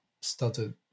started